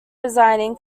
resigning